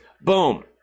Boom